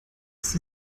ist